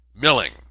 Milling